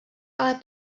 ale